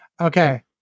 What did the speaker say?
Okay